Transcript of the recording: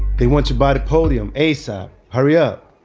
they want you by the podium asap. hurry up.